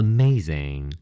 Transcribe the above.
Amazing